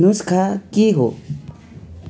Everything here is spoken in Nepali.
नुस्खा के हो